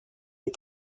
les